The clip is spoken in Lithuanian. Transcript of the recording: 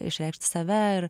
išreikšti save ir